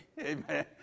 Amen